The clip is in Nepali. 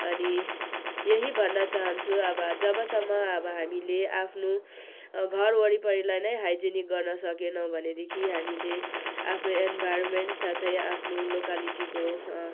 अनि यही भन्न चाहन्छु जबसम्म अब हामीले आफ्नो घर वरिपरिलाई नै हाइजेनिक गर्न सकेनौँ भनेदेखि हामीले आफ्नो इन्भायरोमेन्ट साथै आफ्नो लोकालिटीको